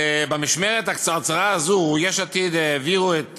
במשמרת הקצרצרה הזאת יש עתיד העבירו את